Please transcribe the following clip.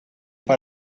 pas